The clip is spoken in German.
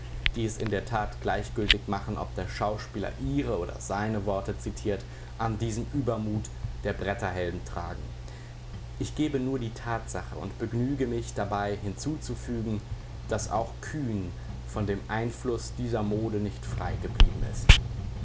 die es in der tat gleichgültig machen ob der schauspieler ihre oder seine worte zitiert an diesem übermut der bretterhelden tragen ich gebe nur die tatsache und begnüge mich dabei hinzuzufügen daß auch kühn von dem einfluß dieser mode nicht frei geblieben ist